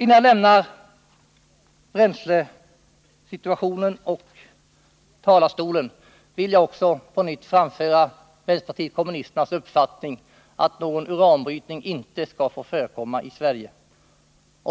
Innan jag lämnar bränslesituationen och talarstolen vill jag på nytt framföra vänsterpartiet kommunisternas uppfattning att någon uranbrytning inte skall få förekomma i Sverige.